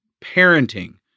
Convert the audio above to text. parenting